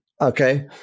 okay